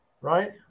Right